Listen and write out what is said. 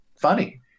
funny